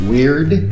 Weird